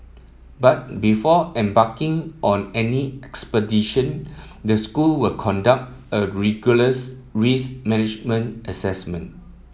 but before embarking on any expedition the school will conduct a rigorous risk management assessment